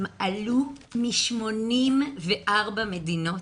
הם עלו מ-84 מדינות.